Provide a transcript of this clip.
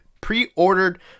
pre-ordered